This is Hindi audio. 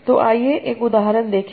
तो आइए एक उदाहरण देखें